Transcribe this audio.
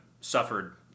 suffered